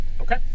Okay